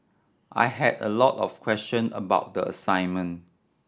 I had a lot of question about the assignment